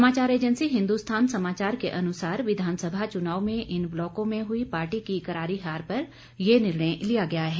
समाचार एजेंसी हिन्दुस्थान समाचार के अनुसार विधानसभा चुनाव में इन ब्लॉकों में हुई पार्टी की करारी हार पर ये निर्णय लिया गया है